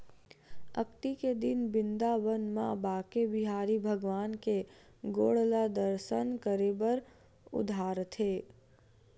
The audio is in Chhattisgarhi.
अक्ती के दिन बिंदाबन म बाके बिहारी भगवान के गोड़ ल दरसन करे बर उघारथे